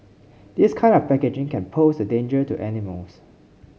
this kind of packaging can pose a danger to animals